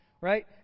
right